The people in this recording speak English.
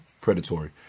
predatory